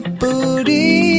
booty